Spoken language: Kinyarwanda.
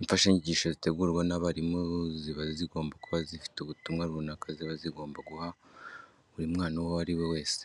Imfashanyigisho zitegurwa n'abarimu ziba zigomba kuba zifite ubutumwa runaka ziba zigomba guha buri mwana uwo ari we wese